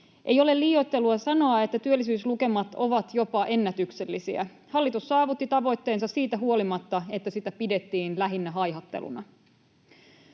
Ei ole liioittelua sanoa, että työllisyyslukemat ovat jopa ennätyksellisiä. Hallitus saavutti tavoitteensa siitä huolimatta, että sitä pidettiin lähinnä haihatteluna.